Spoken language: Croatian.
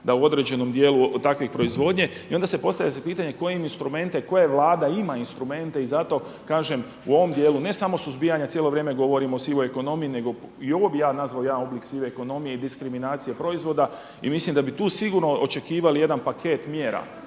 da u određenom dijelu takve proizvodnje. I onda se postavlja pitanje koje instrumente, koje Vlada ima instrumente i zato kažem u ovom dijelu ne samo suzbijanja cijelo vrijeme govorim o sivoj ekonomiji, nego i ovo bih ja nazvao jedan oblik sive ekonomije i diskriminacije proizvoda. I mislim da bi tu sigurno očekivali jedan paket mjera